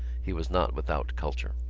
he was not without culture.